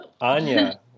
Anya